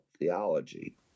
theology